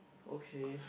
okay